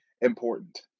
important